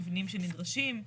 מבנים שנדרשים,